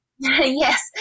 Yes